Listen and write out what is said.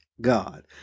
God